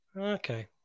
Okay